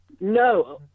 No